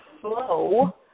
flow